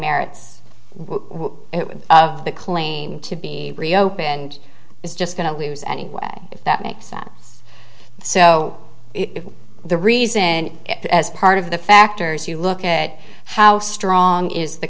merits of the claim to be reopened is just going to lose anyway if that makes sense so if the reason and as part of the factors you look at how strong is the